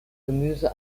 gemüse